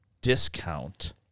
discount